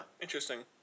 Interesting